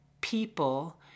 people